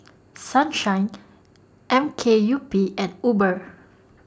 Sunshine M K U P and Uber